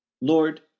Lord